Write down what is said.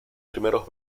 primeros